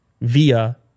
via